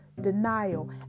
denial